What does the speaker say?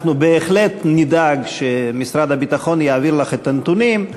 בהחלט נדאג שמשרד הביטחון יעביר לך את הנתונים.